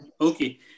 Okay